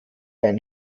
einen